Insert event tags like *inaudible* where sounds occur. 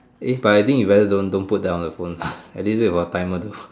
eh but I think you better don't don't put that on the phone *laughs* at least wait for timer to